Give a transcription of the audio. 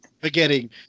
Forgetting